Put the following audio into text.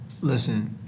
Listen